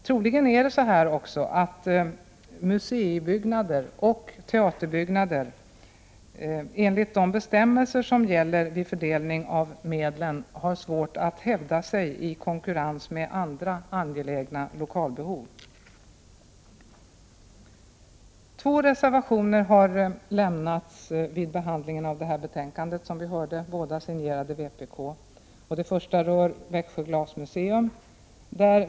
Troligen har museibyggnader och teaterbyggnader, enligt de bestämmelser som gäller vid fördelning av medlen, svårt att hävda sig i konkurrens med andra angelägna lokalbehov. Två reservationer har fogats till detta betänkande. Båda reservationerna är skrivna av vpk. Den första rör Växjö glasmuseum.